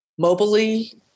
mobily